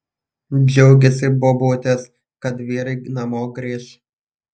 džiaugėsi bobutės kad vyrai namo grįš